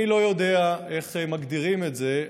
אני לא יודע איך מגדירים את זה,